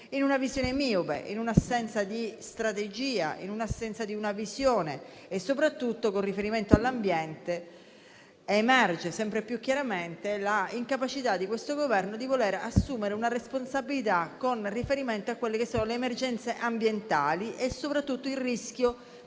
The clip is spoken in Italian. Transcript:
in una visione miope, in un'assenza di strategia e di visione. Soprattutto, con riferimento all'ambiente, emerge sempre più chiaramente l'incapacità di questo Governo di voler assumere una responsabilità con riferimento a quelle che sono le emergenze ambientali e soprattutto il rischio